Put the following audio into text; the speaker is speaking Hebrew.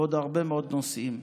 ועוד הרבה מאוד נושאים.